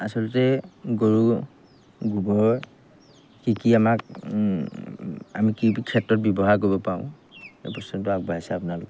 আচলতে গৰু গোবৰ কি কি আমাক আমি কি কি ক্ষেত্ৰত ব্যৱহাৰ কৰিব পাৰোঁ সেই প্ৰশ্নটো আগবাঢ়িছে আপোনালোকে